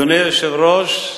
אדוני היושב-ראש,